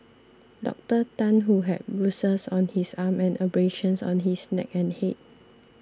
Doctor Tan who had bruises on his arm and abrasions on his neck and head